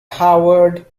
howard